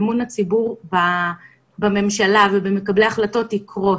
אמון הציבור בממשלה ובמקבלי החלטות יקרוס.